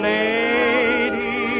lady